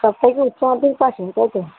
সব থেকে উচ্চমাধ্যমিক পাশ ইমপরটেন্ট